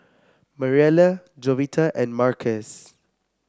Mariela Jovita and Marcus